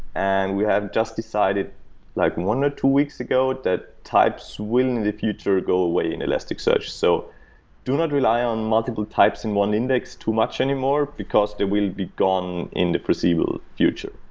and we have just decided like one or two weeks ago that types will, in the future, go away in elasticsearch. so do not rely on multiple types in one index too much anymore, because they will be gone in the foreseeable future.